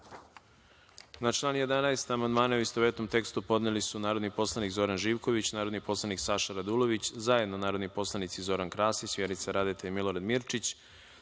član 11. amandmane, u istovetnom tekstu, podneli su narodni poslanik Zoran Živković, narodni poslanik Saša Radulović, zajedno narodni poslanici Zoran Krasić, Vjerica Radeta i Milorad Mirčić,